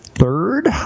Third